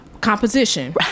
Composition